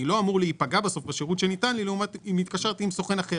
אני לא אמור להיפגע בשירות שניתן לי לעומת אם התקשרתי עם סוכן אחר.